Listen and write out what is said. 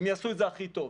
הם יעשו את זה הכי טוב.